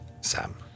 Sam